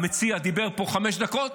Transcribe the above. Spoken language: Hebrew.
המציע דיבר פה חמש דקות,